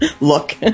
look